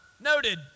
noted